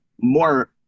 more